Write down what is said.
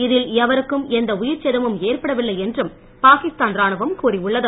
இதில் எவருக்கும் எந்த உயிர்ச் சேதமும் ஏற்படவில்லை என்றும் பாகிஸ்தான் ராணுவம் கூறியுள்ளது